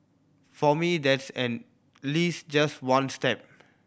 for me that's at least just one step